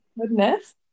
Goodness